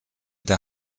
der